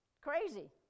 Crazy